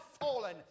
fallen